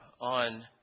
on